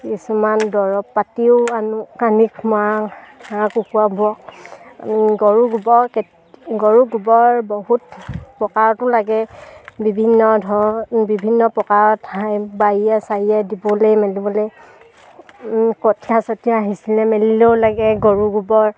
কিছুমান দৰৱ পাতিও আনো গৰু গোবৰ গৰু গোবৰ বহুত লাগে বিভিন্ন বিভিন্ন প্ৰকাৰত বাৰীয়ে চাৰিয়ে দিবলে মেলিবলে কঠীয়া চঠিয়া মেলিলেও লাগে গৰু গোবৰ